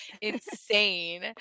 insane